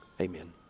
amen